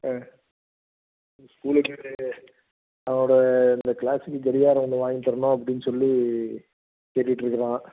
ஆ ஸ்கூலிலேயே அவனோட இந்த க்ளாஸுக்கு கடிகாரம் ஒன்று வாங்கித் தரணும் அப்படின்னு சொல்லி கேட்டுக்கிட்டு இருக்கிறான்